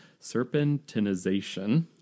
serpentinization